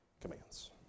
commands